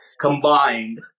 combined